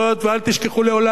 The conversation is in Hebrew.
ואל תשכחו לעולם,